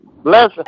Bless